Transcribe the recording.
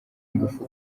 ingufu